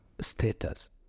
status